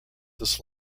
this